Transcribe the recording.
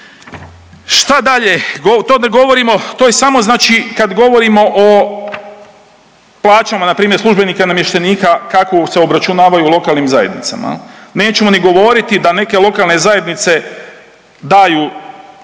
govorimo, to je samo znači kad govorimo o plaćama na primjer službenika i namještenika kako se obračunavaju u lokalnim zajednicama. Nećemo ni govoriti da neke lokalne zajednice daju